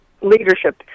leadership